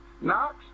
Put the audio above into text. Knox